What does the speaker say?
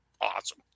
awesome